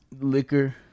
liquor